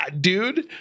dude